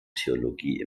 theologie